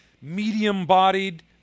medium-bodied